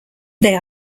they